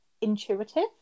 intuitive